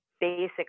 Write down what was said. basic